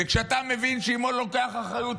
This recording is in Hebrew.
וכשאתה מבין שאם הוא לוקח אחריות,